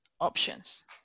options